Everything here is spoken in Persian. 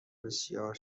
بسیار